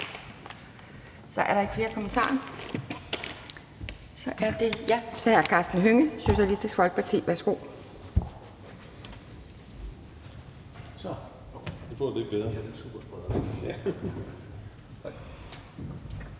Der er ikke flere korte bemærkninger. Så er det hr. Karsten Hønge, Socialistisk Folkeparti. Værsgo.